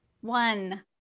One